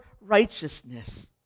righteousness